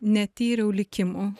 netyriau likimų